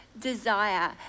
desire